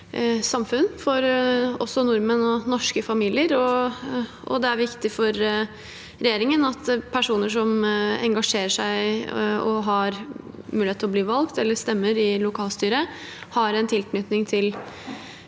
samfunn også for nordmenn og norske familier. Det er viktig for regjeringen at personer som engasjerer seg og har mulighet til å bli valgt til lokalstyret, eller som stemmer i lokalstyret, har en tilknytning til